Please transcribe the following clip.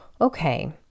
okay